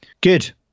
good